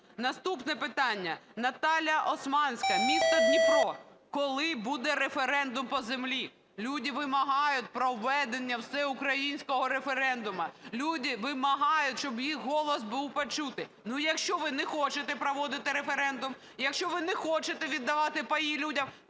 Наступне питання. Наталя Османська, місто Дніпро: "Коли буде референдум по землі?" Люди вимагають проведення всеукраїнського референдуму. Люди вимагають, щоб їх голос був почутий. Ну, якщо ви не хочете проводити референдум, якщо ви не хочете віддавати паї людям,